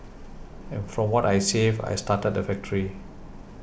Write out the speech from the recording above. and from what I saved I started the factory